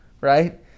right